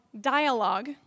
dialogue